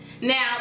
now